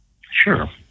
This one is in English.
Sure